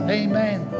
amen